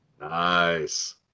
Nice